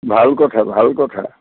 ভাল কথা ভাল কথা